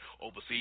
overseas